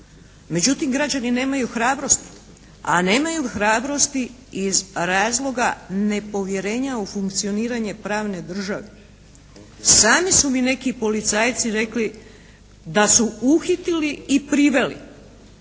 Međutim građani nemaju hrabrosti, a nemaju hrabrosti iz razloga nepovjerenja u funkcioniranje pravne države. Sami su mi neki policajci rekli da su uhitili i priveli